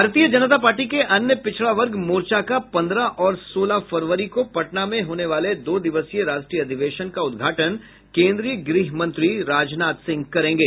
भारतीय जनता पार्टी के अन्य पिछड़ा वर्ग मोर्चा का पन्द्रह और सोलह फरवरी को पटना में होने वाले दो दिवसीय राष्ट्रीय अधिवेशन का उद्घाटन केन्द्रीय गृह मंत्री राजनाथ सिंह करेंगे